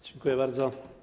Dziękuję bardzo.